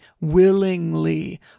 willingly